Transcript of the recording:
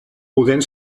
podent